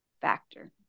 factor